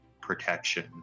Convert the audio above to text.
protection